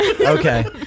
Okay